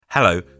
Hello